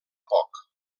poc